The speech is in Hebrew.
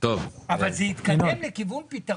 אבל זה התקדם לכיוון פתרון.